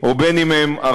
דרך